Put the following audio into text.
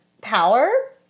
power